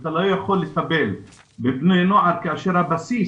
אתה לא יכול לטפל בבני נוער כאשר הבסיס